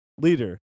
leader